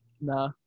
No